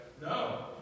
No